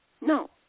No